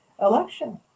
election